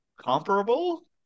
comparable